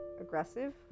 aggressive